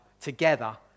together